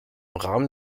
rahmen